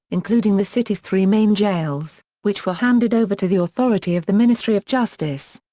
including the city's three main jails, which were handed over to the authority of the ministry of justice.